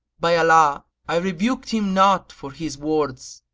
by allah! i rebuked him not for his words,